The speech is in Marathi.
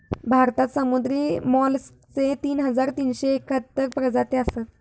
भारतात समुद्री मोलस्कचे तीन हजार तीनशे एकाहत्तर प्रजाती असत